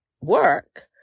work